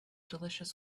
delicious